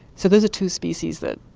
so those are two species that,